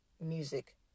music